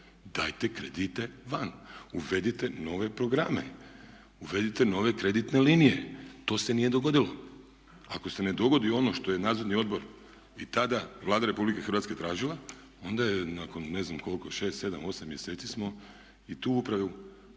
Dajte kredite van, uvedite nove programe, uvedite nove kreditne linije. To se nije dogodilo. Ako se ne dogodi ono što je Nadzorni odbor i tada Vlada Republike Hrvatske tražila, onda je nakon ne znam koliko 6, 7, 8 mjeseci smo i tu upravu